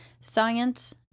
Science